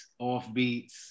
offbeats